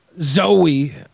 Zoe